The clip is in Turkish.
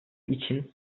için